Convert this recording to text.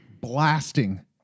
blasting